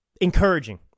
encouraging